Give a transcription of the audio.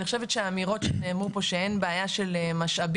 אני חושבת שהאמירות שנאמרו פה היום שאין בעיה של משאבים,